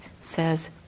says